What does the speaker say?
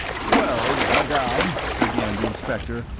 well, madame, began the inspector,